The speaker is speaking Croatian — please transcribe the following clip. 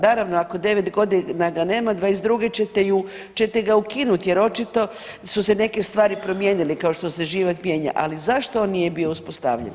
Naravno ako 9 godina ga nema '22. čete ju, čete ga ukinuti jer očito su se neke stvari promijenile kao što se život mijenja, ali zašto on nije bio uspostavljen.